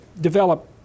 develop